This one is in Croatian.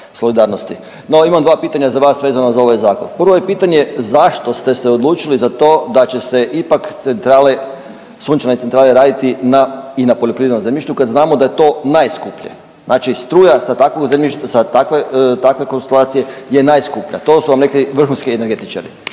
solidarnosti. No, imam dva pitanja za vas vezano za ovaj Zakon. Prvo pitanje je zašto ste se odlučili za to da će se ipak centrale, sunčane centrale raditi i na poljoprivrednom zemljištu kad znamo da je to najskuplje. Znači struja sa takvog zemljišta, sa takve konstelacije je najskuplja. To su vam rekli vrhunski energetičari.